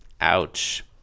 Ouch